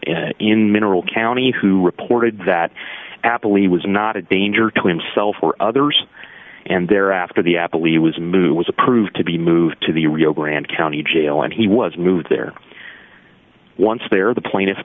in mineral county who reported that apple e was not a danger to himself or others and there after the apple e was moved was approved to be moved to the rio grande county jail and he was move there once there the plaintiffs